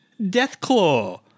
Deathclaw